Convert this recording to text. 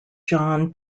john